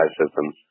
systems